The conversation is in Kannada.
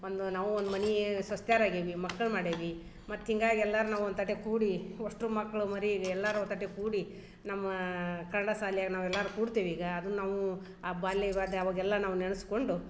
ಒಂದು ನಾವು ಒಂದು ಮನೆ ಸ್ವಸ್ತ್ಯರಾಗೀವಿ ಮಕ್ಳು ಮಾಡೀವಿ ಮತ್ತೆ ಹಿಂಗಾಗಿ ಎಲ್ಲಾರು ನಾವು ಒಂತಟೆ ಕೂಡಿ ವಷ್ಟ್ರ ಮಕ್ಳು ಮರಿ ಈಗ ಎಲ್ಲಾರು ಒಂತಟೆ ಕೂಡಿ ನಮ್ಮ ಕನ್ನಡ ಶಾಲಿಯಾಗ ನಾವೆಲ್ಲಾರು ಕೂಡ್ತಿವೀಗ ಅದನ್ನ ನಾವು ಆ ಬಾಲ್ಯ ವಿವಾದ ಅವಾಗೆಲ್ಲ ನಾವು ನೆನೆಸ್ಕೊಂಡು